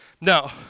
Now